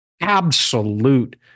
absolute